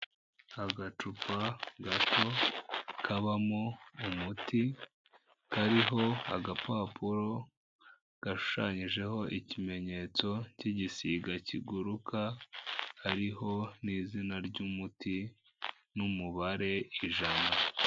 Agacupa gato kabamo umuti, kariho agapapuro, gashushanyijeho ikimenyetso k'igisiga kiguruka, hariho n'izina ry'umuti n'umubare ijana.